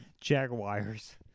Jaguars